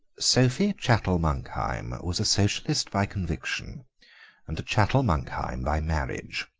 sophie chattel-monkheim was a socialist by conviction and a chattel-monkheim by marriage.